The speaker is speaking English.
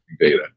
data